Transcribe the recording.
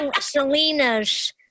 Selena's